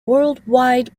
worldwide